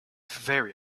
very